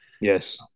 Yes